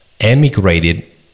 emigrated